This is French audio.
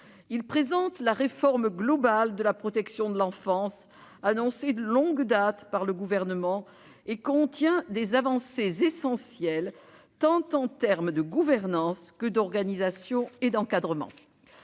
support de la réforme globale de la protection de l'enfance annoncée de longue date par le Gouvernement et il contient des avancées essentielles, du point de vue tant de la gouvernance que de l'organisation et de l'encadrement.